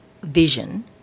vision